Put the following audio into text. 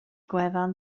gwefan